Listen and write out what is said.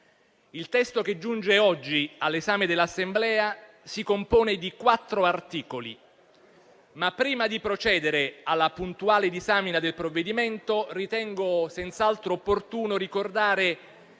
Il testo che giunge oggi all'esame dell'Assemblea si compone di quattro articoli. Prima però di procedere alla puntuale disamina del provvedimento, ritengo senz'altro opportuno ricordare